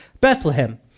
Bethlehem